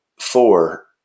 four